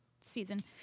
season